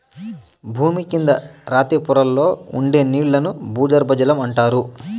భూమి కింద రాతి పొరల్లో ఉండే నీళ్ళను భూగర్బజలం అంటారు